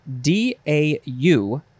D-A-U